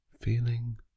feeling